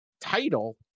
title